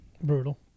brutal